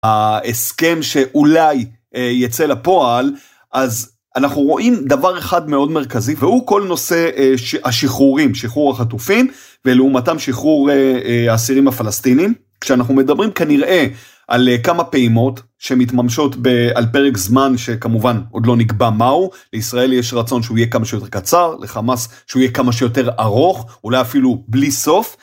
ההסכם שאולי יצא לפועל אז אנחנו רואים דבר אחד מאוד מרכזי והוא כל נושא השחרורים, שחרור החטופים. ולעומתם שחרור האסירים הפלסטינים. כשאנחנו מדברים כנראה על כמה פעימות שמתממשות על פרק זמן שכמובן עוד לא נקבע מהו. לישראל יש רצון שהוא יהיה כמה שיותר קצר. לחמאס שהוא יהיה כמה שיותר ארוך אולי אפילו בלי סוף.